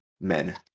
men